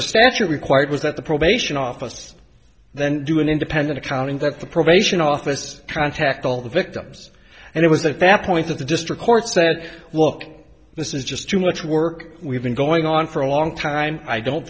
the statute required was that the probation office then do an independent accounting that the probation office contact all the victims and it was that that point that the district court said look this is just too much work we've been going on for a long time i don't